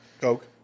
Coke